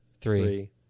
Three